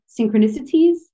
synchronicities